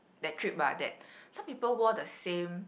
that trip ah that some people wore the same